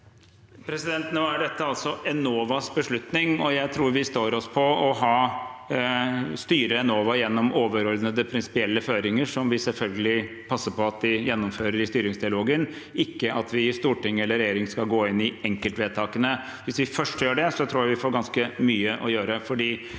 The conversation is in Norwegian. Eide Dette er Eno- vas beslutning. Jeg tror vi står oss på å styre Enova gjennom overordnede, prinsipielle føringer som vi selvfølgelig passer på at de gjennomfører i styringsdialogen, ikke på at vi i storting eller regjering skal gå inn i enkeltvedtakene. Hvis vi først gjør det, tror jeg vi får ganske mye å gjøre.